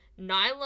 Nyla